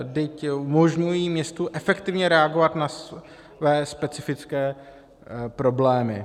Vždyť umožňují městu efektivně reagovat na své specifické problémy.